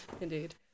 Indeed